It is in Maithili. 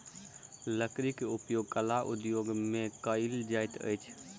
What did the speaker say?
लकड़ी के उपयोग कला उद्योग में कयल जाइत अछि